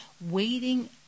waiting